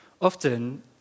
Often